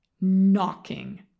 knocking